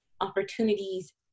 opportunities